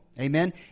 Amen